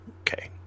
okay